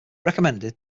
recommended